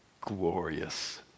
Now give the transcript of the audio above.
glorious